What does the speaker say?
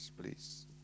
please